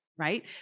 right